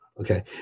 okay